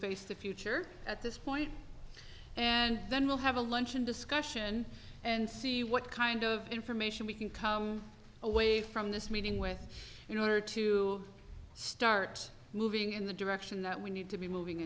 face the future at this point and then we'll have a luncheon discussion and see what kind of information we can come away from this meeting with you know where to start moving in the direction that we need to be moving